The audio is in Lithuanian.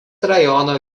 rajono